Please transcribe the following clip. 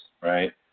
right